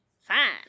Fine